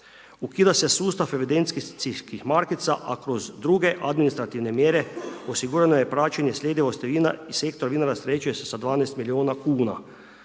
Ukida se sustav evidencijskih markica, a kroz druge administrativne mjere osigurano je praćenje sljedivosti vina i sektor vina rasterećuje se sa 12 milijuna kuna